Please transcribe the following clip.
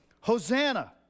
Hosanna